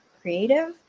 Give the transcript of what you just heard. Creative